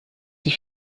sich